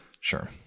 Sure